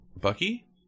Bucky